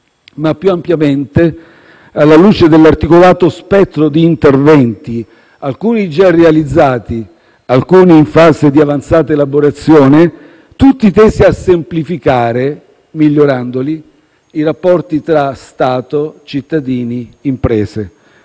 ma più ampiamente alla luce dell'articolato spettro di interventi - alcuni già realizzati, altri in fase di avanzata elaborazione - tutti tesi a semplificare, migliorandoli, i rapporti tra Stato, cittadini e imprese.